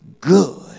good